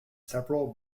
several